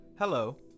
Hello